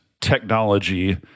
technology